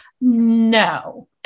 no